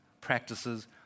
practices